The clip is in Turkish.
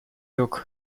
yok